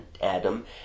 Adam